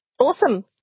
awesome